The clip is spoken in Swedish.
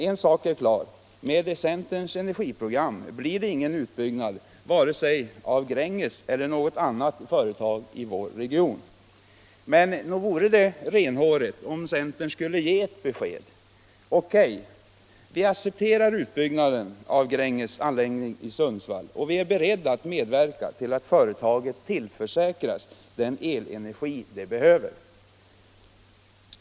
En sak är klar, nämligen att med centerns energiprogram blir det ingen utbyggnad av vare sig Gränges eller något annat företag i vår region. Men nog vore det renhårigt om centern gav ett besked: Okej, vi accepterar utbyggnaden av Gränges anläggning i Sundsvall och vi är beredda att medverka till att företaget tillförsäkras den elenergi det behöver.